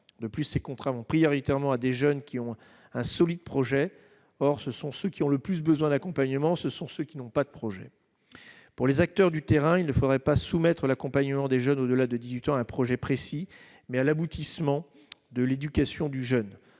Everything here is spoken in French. de plus, ces contrats vont prioritairement à des jeunes qui ont un solide projet, or ce sont ceux qui ont le plus besoin d'accompagnement, ce sont ceux qui n'ont pas de projet pour les acteurs du terrain, il ne faudrait pas soumettre l'accompagnement des jeunes au-delà de 18 ans un projet précis, mais à l'aboutissement de l'Éducation du jeune